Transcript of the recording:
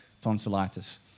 tonsillitis